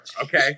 okay